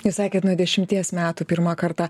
jūs sakėt nuo dešimties metų pirmą kartą